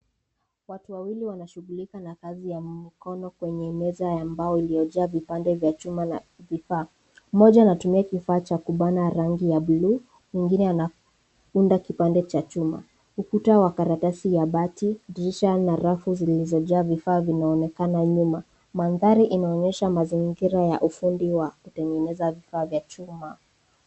Watu wawili wanashughulika na kazi ya mikono kwenye meza ya mbao iliyojaa vipande vya chuma na vifaa. Mmoja anatumia kifaa cha kubana rangi ya bluu, mwingine anaunda kipande cha chuma. Ukuta wa karatasi ya bati, dirisha na rafu zilizojaa vifaa vinaonekana nyuma. Mandhari inaonyesha mazingira ya ufundi wa kutengeneza vifaa vya chuma.